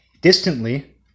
distantly